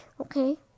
okay